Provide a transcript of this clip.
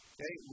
Okay